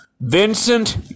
Vincent